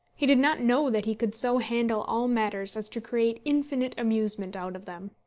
he did not know that he could so handle all matters as to create infinite amusement out of them.